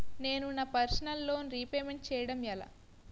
నేను నా personal loan repayment చేయాలంటే ఎలా?